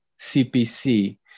CPC